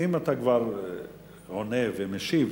שאם אתה כבר עונה ומשיב,